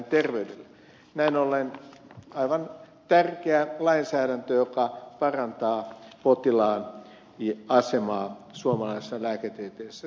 näin ollen tämä on aivan tärkeä lainsäädäntö joka parantaa potilaan asemaa suomalaisessa lääketieteessä